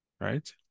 Right